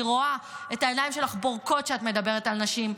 אני רואה את העיניים שלך בורקות כשאת מדברת על נשים.